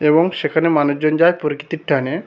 এবং সেখানে মানুষজন যায় প্রকৃতির টানে